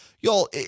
Y'all